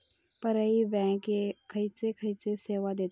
पर्यायी बँका खयचे खयचे सेवा देतत?